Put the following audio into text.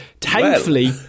thankfully